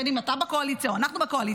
בין אם אתה בקואליציה או אנחנו בקואליציה,